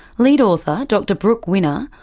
lead author dr brooke winner,